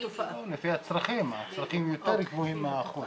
לפי הצרכים, הצרכים יותר גבוהים מהאחוז.